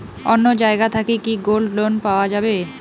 অন্য জায়গা থাকি কি গোল্ড লোন পাওয়া যাবে?